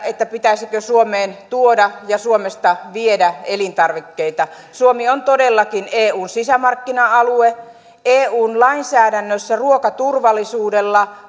sitä pitäisikö suomeen tuoda ja suomesta viedä elintarvikkeita suomi on todellakin eun sisämarkkina alue eun lainsäädännössä ruokaturvallisuudella